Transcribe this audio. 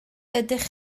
ydych